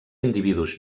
individus